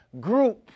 group